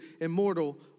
immortal